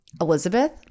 Elizabeth